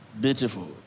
Beautiful